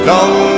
Long